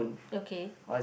okay